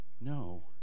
No